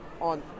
on